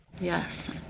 Yes